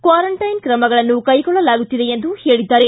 quarantine ಕ್ರಮಗಳನ್ನು ಕೈಗೊಳ್ಳಲಾಗುತ್ತಿದೆ ಎಂದು ಹೇಳಿದ್ದಾರೆ